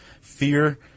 Fear